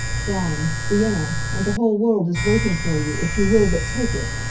dawn, vienna, and the whole world is waiting for you, if you will but take it.